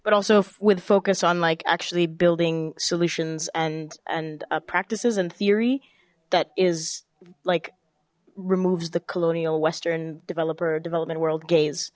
but also with focus on like actually building solutions and and practices and theory that is like removes the colonial western developer development world ga